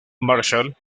marshall